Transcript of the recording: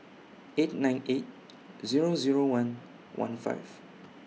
eight nine eight Zero Zero one one five